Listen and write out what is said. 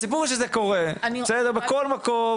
הסיפור שזה קורה בכל מקום,